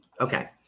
Okay